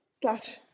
slash